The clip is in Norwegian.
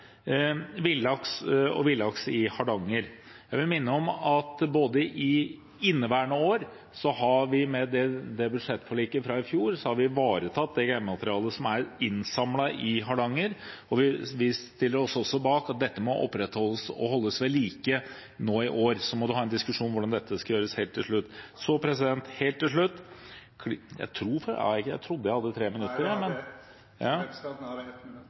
villaks og villaks i Hardanger: Jeg vil minne om at i inneværende år, med budsjettforliket fra i fjor, har vi ivaretatt det genmaterialet som er innsamlet i Hardanger, og vi stiller oss også bak at dette må opprettholdes og holdes ved like nå i år. Man må så ha en diskusjon om hvordan dette skal gjøres, helt til slutt. Representanten Stefan Heggelund har hatt ordet to gonger tidlegare og får ordet til ein kort merknad, avgrensa til 1 minutt. Jeg har ikke tenkt å si unnskyld til Senterpartiet for at jeg